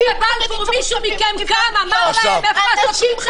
------ אפשר להמשיך,